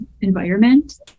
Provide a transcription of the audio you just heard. environment